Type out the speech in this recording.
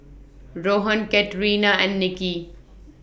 Rohan Katarina and Nicky